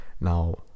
Now